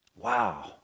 Wow